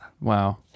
Wow